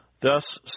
Thus